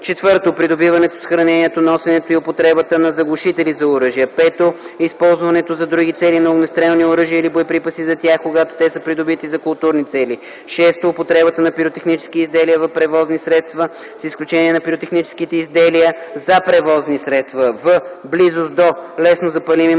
вещества; 4. придобиването, съхранението, носенето и употребата на заглушители за оръжия; 5. използването за други цели на огнестрелни оръжия или боеприпаси за тях, когато те са придобити за културни цели; 6. употребата на пиротехнически изделия в превозни средства, с изключение на пиротехническите изделия за превозни средства, в близост до леснозапалими материали,